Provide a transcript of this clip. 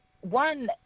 one